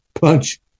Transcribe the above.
punch